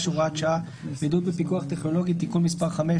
(הוראת שעת) (בידוד בפיקוחטכנולוגי) (תיקון מס׳ 5),